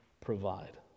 provide